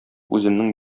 үземнең